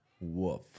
Woof